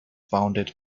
bounded